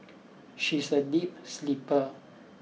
she is a deep sleeper